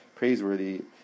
Praiseworthy